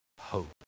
hope